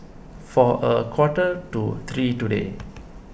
for a quarter to three today